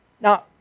Now